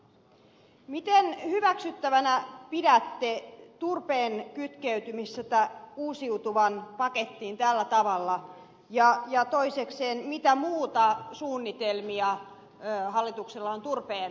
miten hyväksyttävänä pidätte turpeen kytkeytymistä uusiutuvan pakettiin tällä tavalla ja toisekseen mitä muita suunnitelmia hallituksella on turpeen osalta